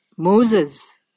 Moses